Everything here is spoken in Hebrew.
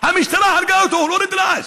המשטרה הרגה אותו, הוא לא נדרס.